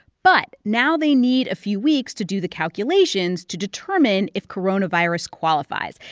but now they need a few weeks to do the calculations to determine if coronavirus qualifies,